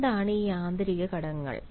എന്താണ് ഈ ആന്തരിക ഘടകങ്ങൾ